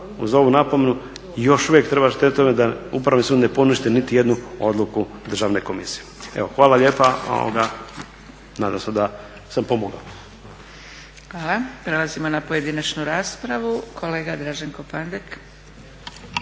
uz napomenu još uvijek treba težiti tome da Upravni sud ne poništi niti jednu odluku državne komisije. Hvala lijepa nadam se da sam pomogao. **Zgrebec, Dragica (SDP)** Hvala. Prelazimo na pojedinačnu raspravu. Kolega Draženko Pandek.